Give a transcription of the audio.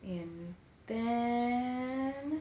and then